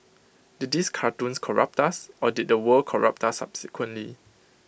did these cartoons corrupt us or did the world corrupt us subsequently